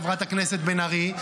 חברת הכנסת בן ארי,